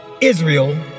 Israel